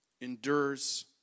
endures